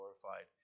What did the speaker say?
glorified